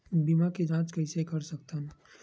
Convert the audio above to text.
बीमा के जांच कइसे कर सकत हन?